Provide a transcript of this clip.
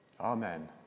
Amen